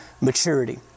maturity